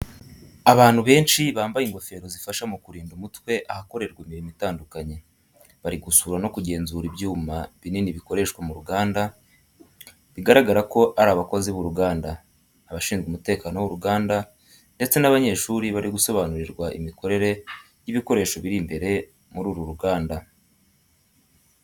Abantu benshi bambaye ingofero zifasha mu kurinda umutwe ahakorerwa imirimo itandukanye, bari gusura no kugenzura ibyuma binini bikoreshwa mu ruganda. Biragaragara ko ari abakozi b’uruganda, abashinzwe umutekano w’uruganda, ndetse n'abanyeshuri bari gusobanurirwa imikorere y’ibikoresho biri imbere muri uru ruganda.